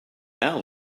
our